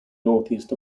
northeast